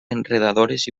enredadores